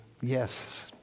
yes